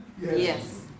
Yes